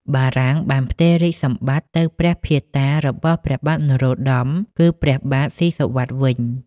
បារាំងបានផ្ទេររាជសម្បត្តិទៅព្រះភាតារបស់ព្រះបាទនរោត្តម គឺព្រះបាទស៊ីសុវត្ថិវិញ។